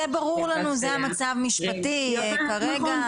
זה ברור לנו, זה המצב המשפטי כרגע.